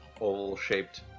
oval-shaped